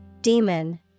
Demon